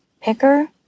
picker